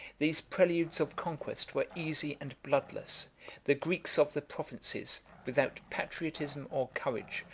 these preludes of conquest were easy and bloodless the greeks of the provinces, without patriotism or courage,